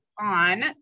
on